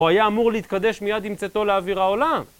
הוא היה אמור להתקדש מיד עם צאתו לאוויר העולם.